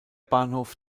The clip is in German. bahnhof